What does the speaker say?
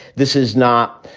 this is not,